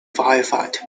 firefight